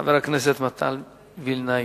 חבר הכנסת מתן וילנאי.